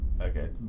okay